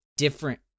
different